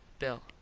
bill.